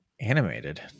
animated